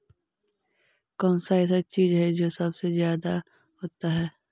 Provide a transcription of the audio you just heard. कौन सा ऐसा चीज है जो सबसे ज्यादा होता है?